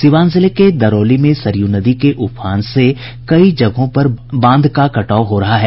सीवान जिले के दरौली में सरयू नदी के उफान से कई जगहों पर बांध पर कटाव हो रहा है